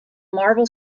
marvel